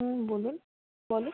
হুম বলুন বলো